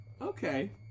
okay